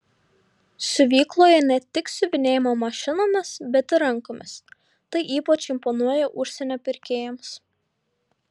siuvykloje ne tik siuvinėjama mašinomis bet ir rankomis tai ypač imponuoja užsienio pirkėjams